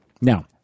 Now